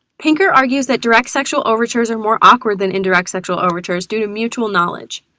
pinker argues that direct sexual overtures are more awkward than indirect sexual overtures due to mutual knowledge.